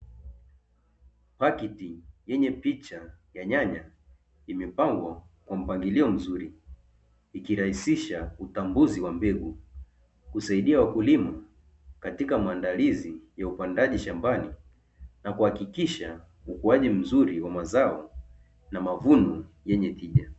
Pakiti yenye picha ya nyanya imepangwa kwa mpangilio mzuri, ikirahisisha utambuzi wa mbegu kusaidia wakulima katika maandalizi ya upandaji shambani na kuhakikisha ukuaji mzuri wa mazao na mavuno yenye tija.